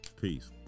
Peace